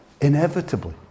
inevitably